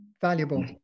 valuable